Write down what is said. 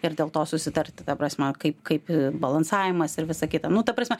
ir dėl to susitarti ta prasme kaip kaip balansavimas ir visa kita nu ta prasme